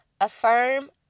affirm